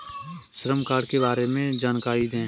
श्रम कार्ड के बारे में जानकारी दें?